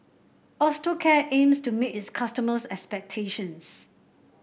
Osteocare aims to meet its customers' expectations